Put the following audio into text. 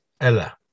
Ella